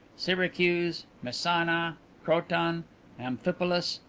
syracuse messana croton amphipolis.